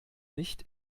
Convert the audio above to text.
nicht